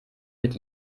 mit